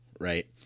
Right